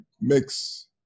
mix